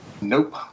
Nope